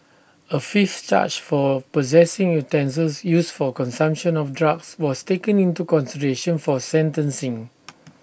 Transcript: A fifth charge for possessing utensils used for consumption of drugs was taken into consideration for sentencing